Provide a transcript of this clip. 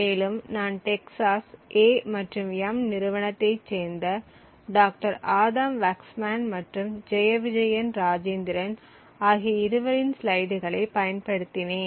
மேலும் நான் Texas A எம்Texas AMநிறுவனத்தைச் சேர்ந்த டாக்டர் ஆதாம் வக்ஸ்மேன் மற்றும் ஜெயவிஜயன் ராஜேந்திரன் ஆகிய இருவரின் ஸ்லைடுகளைப் பயன்படுத்தினேன்